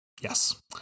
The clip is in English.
Yes